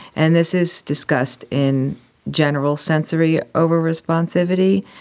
and this is discussed in general sensory over-responsivity.